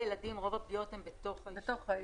רוב הפגיעות של הילדים הן בתוך הישוב.